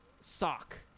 sock